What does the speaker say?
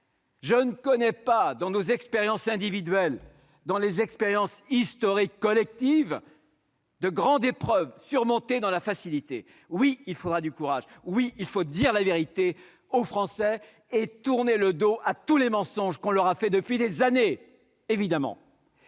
Je ne connais pas, ni dans nos expériences individuelles ni dans les expériences historiques collectives, de grande épreuve surmontée dans la facilité. Oui, il faudra du courage ! Il faut dire la vérité aux Français et tourner le dos à tous les mensonges qu'on leur a fait depuis des années.